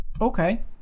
Okay